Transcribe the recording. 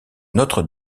notre